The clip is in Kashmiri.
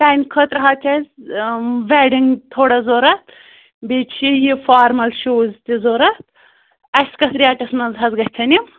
تَمہِ خٲطرٕحظ چھِ اَسہِ ویٚڈِنٛگ تھوڑا ضروٗرت بیٚیہِ چھِ یہِ فارمَل شوٗز تہِ ضروٗرت اَسہِ کتھٚ ریٚٹَس منٛز حظ گژھن یِم